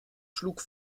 schlug